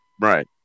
Right